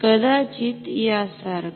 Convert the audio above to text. कदाचित यासारखा